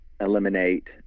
eliminate